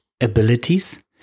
abilities